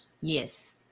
Yes